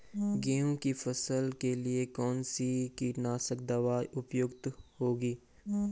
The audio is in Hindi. गेहूँ की फसल के लिए कौन सी कीटनाशक दवा उपयुक्त होगी?